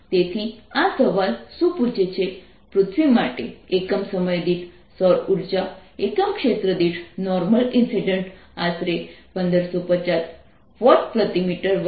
તેથી આ સવાલ શું પૂછે છે પૃથ્વી માટે એકમ સમય દીઠ સૌર ઉર્જા એકમ ક્ષેત્ર દીઠ નોર્મલ ઇન્સિડેન્સ આશરે 1350 વોટ પ્રતિ મીટર વર્ગ છે